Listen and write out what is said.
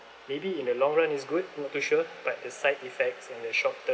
maybe in the long run is good not too sure but the side effects and the short-term